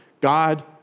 God